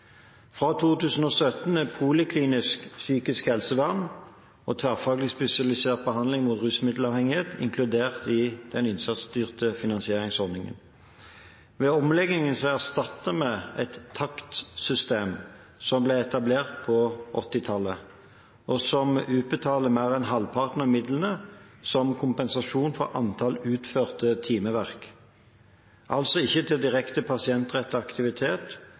Fra 2017 er poliklinisk psykisk helsevern og tverrfaglig spesialisert behandling mot rusmiddelavhengighet inkludert i den innsatsstyrte finansieringsordningen. Ved omleggingen erstattet vi et takstsystem som ble etablert på 1980-tallet, og som utbetalte mer enn halvparten av midlene som kompensasjon for antall utførte timeverk, altså ikke til direkte pasientrettet aktivitet